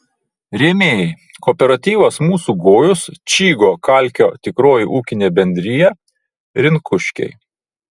rėmėjai kooperatyvas mūsų gojus čygo kalkio tikroji ūkinė bendrija rinkuškiai